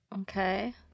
Okay